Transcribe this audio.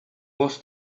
gos